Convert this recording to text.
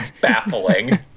baffling